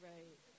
Right